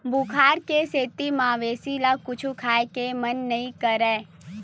बुखार के सेती मवेशी ल कुछु खाए के मन नइ करय